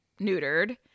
neutered